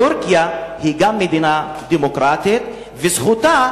טורקיה גם היא מדינה דמוקרטית, וזכותה